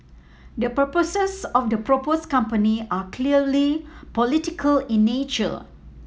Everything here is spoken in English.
the purposes of the proposed company are clearly political in nature